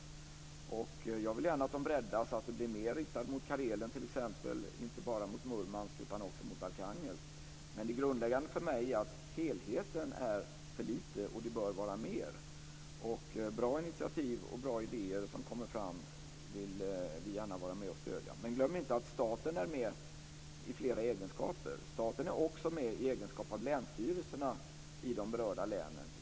Jag vill gärna att de breddas och blir mer inriktade mot t.ex. Karelen - inte bara mot Murmask utan också mot Det grundläggande för mig är dock att helheten är för liten och att det bör vara mer. Bra initiativ och bra idéer som kommer fram vill vi gärna vara med och stödja. Men glöm inte att staten är med i flera egenskaper. Staten är också med i egenskap av länsstyrelserna i de berörda länen.